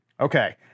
Okay